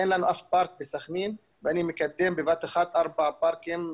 אין לנו אף פארק בסח'נין ואני מקדם בבת אחת ארבעה פארקים,